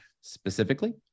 specifically